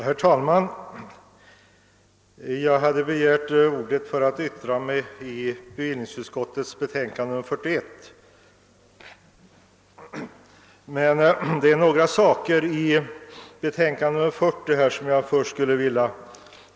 Herr talman! Jag har egentligen begärt ordet för att yttra mig om bevillningsutskottets betänkande nr 41, men det är några saker i samma utskotts betänkande nr 40 som jag först vill beröra.